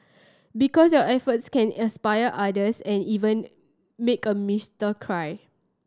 because your efforts can inspire others and even make a cry